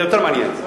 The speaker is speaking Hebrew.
זה יהיה יותר מעניין.